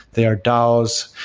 they are dows.